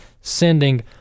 sending